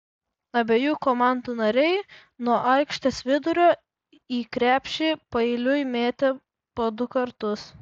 abiejų komandų nariai nuo aikštės vidurio į krepšį paeiliui metė po du kartus